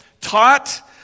taught